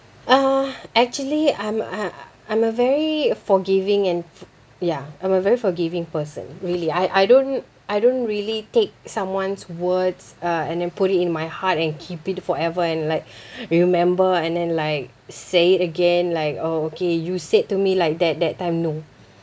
uh actually I'm uh I'm a very forgiving and fo~ ya I'm a very forgiving person really I I don't I don't really take someone's words uh and then put it in my heart and keep it forever and like remember and then like say it again like oh okay you said to me like that that time no